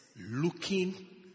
looking